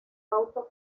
auto